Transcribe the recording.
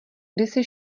kdysi